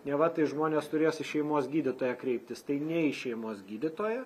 neva tai žmonės turės į šeimos gydytoją kreiptis tai ne į šeimos gydytoją